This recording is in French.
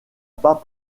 pas